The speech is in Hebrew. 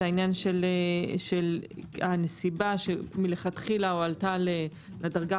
זה העניין של הנסיבה שמלכתחילה הועלתה לדרגה